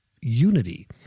unity